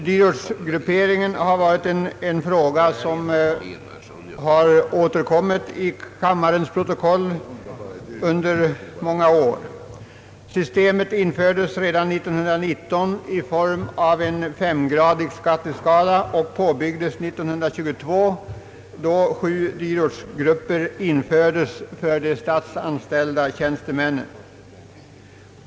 Dyrortsgrupperingen har varit en fråga som ofta återkommit i kammarens protokoll under många år. Systemet infördes redan 1919 i form av en femgradig skatteskala och påbyggdes 1922, då sju dyrortsgrupper infördes för de statsanställda tjänstemännen.